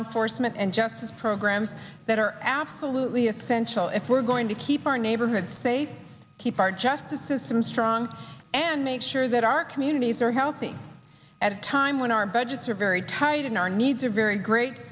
enforcement and justice programs that are absolutely essential if we're going to keep our neighborhoods safe keep our justice system strong and make sure that our communities are healthy at a time when our budgets are very tight and our needs are very great